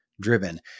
driven